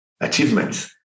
achievements